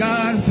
God